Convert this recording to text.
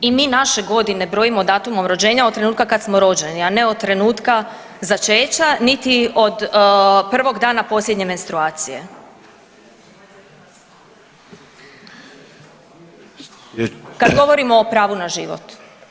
I mi naše godine brojim datumom rođenja od trenutka kad smo rođeni, a ne od trenutka začeća niti od prvog dana posljednje menstruacije, kad govorimo o pravu na život.